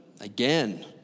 again